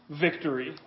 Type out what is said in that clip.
victory